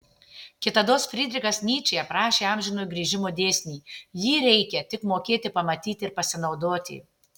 kitados frydrichas nyčė aprašė amžino grįžimo dėsnį jį reikią tik mokėti pamatyti ir pasinaudoti